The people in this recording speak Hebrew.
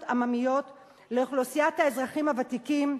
עממיות לאוכלוסיית האזרחים הוותיקים,